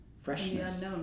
freshness